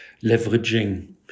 leveraging